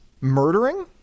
murdering